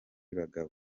bagabo